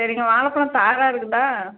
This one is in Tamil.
சரிங்க வாழப்பலம் தாராக இருக்குதா